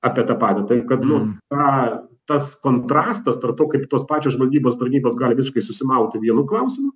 apie tą patį taip kad nu tą tas kontrastas tarp to kaip tos pačios žvalgybos tarnybos gali visiškai susimauti vienu klausimu